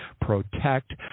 protect